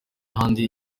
ahandi